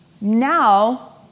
Now